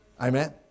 Amen